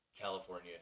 California